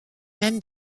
même